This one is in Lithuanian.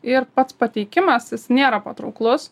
ir pats pateikimas jis nėra patrauklus